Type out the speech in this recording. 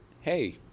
Hey